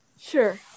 sure